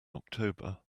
october